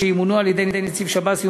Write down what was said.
שימונו על-ידי נציב שב"ס,